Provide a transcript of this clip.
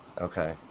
Okay